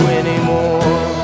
anymore